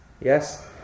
Yes